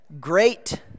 Great